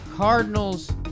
Cardinals